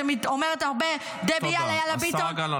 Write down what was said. שאומרת הרבה דבי יאללה יאללה ביטון,